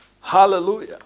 Hallelujah